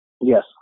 Yes